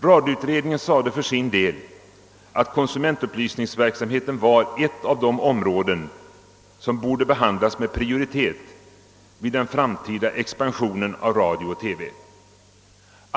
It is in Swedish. Radioutredningen sade för sin del, att konsumentupplysningsverksamheten var ett av de områden som borde behandlas med prioritet vid den framtida expansionen av radio och TV.